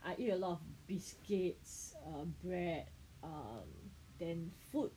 I eat a lot of biscuits um bread err then food